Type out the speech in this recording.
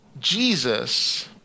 Jesus